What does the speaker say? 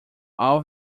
all